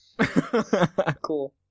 Cool